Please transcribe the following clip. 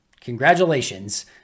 congratulations